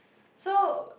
so